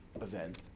event